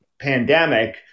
pandemic